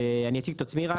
אני אציג את עצמי רק.